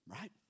right